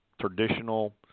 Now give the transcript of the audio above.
traditional